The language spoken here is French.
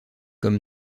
comme